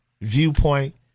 viewpoint